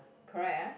correct ah